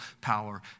power